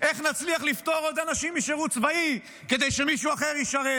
איך נצליח לפטור עוד אנשים משירות צבאי כדי שמישהו אחר ישרת.